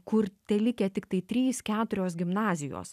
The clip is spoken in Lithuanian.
kur telikę tiktai trys keturios gimnazijos